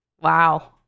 wow